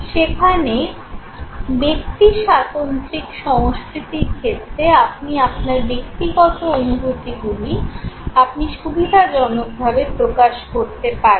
সেখানে ব্যক্তিস্বাতন্ত্রিক সংস্কৃতির ক্ষেত্রে আপনি আপনার ব্যক্তিগত অনুভূতিগুলি আপনি সুবিধাজনকভাবে প্রকাশ করতে পারেন